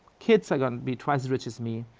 kids are gonna be twice as rich as me,